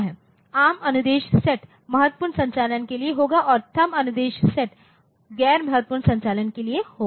ARM अनुदेश set महत्वपूर्ण संचालन के लिए होगा और थंब अनुदेश सेट गैर महत्वपूर्ण संचालन के लिए होगा